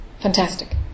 Fantastic